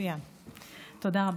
תודה רבה.